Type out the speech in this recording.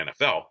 NFL